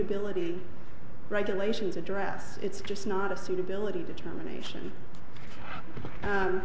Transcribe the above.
suitability regulations address it's just not a suitability determination